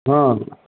हाँ